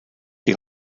die